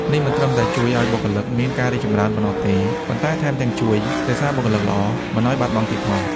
នេះមិនត្រឹមតែជួយឱ្យបុគ្គលិកមានភាពរីកចម្រើនប៉ុណ្ណោះទេ ប៉ុន្តែថែមទាំងជួយ រក្សាបុគ្គលិកល្អ មិនឱ្យបាត់បង់ទៀតផង។